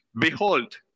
Behold